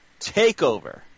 takeover